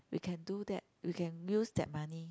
we can do that we can use that money